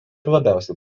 labiausiai